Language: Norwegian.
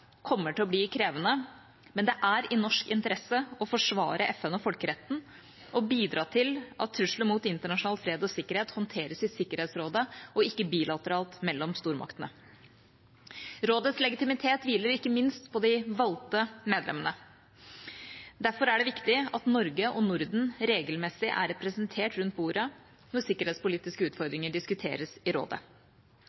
kommer til å bli krevende, men det er i norsk interesse å forsvare FN og folkeretten og bidra til at trusler mot internasjonal fred og sikkerhet håndteres i Sikkerhetsrådet og ikke bilateralt mellom stormaktene. Rådets legitimitet hviler ikke minst på de valgte medlemmene. Derfor er det viktig at Norge og Norden regelmessig er representert rundt bordet når sikkerhetspolitiske